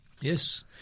Yes